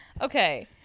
Okay